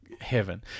Heaven